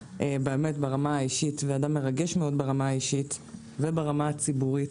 ברמה האישית ואדם מרגש מאוד ברמה האישית וברמה הציבורית,